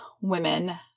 women